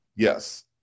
Yes